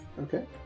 Okay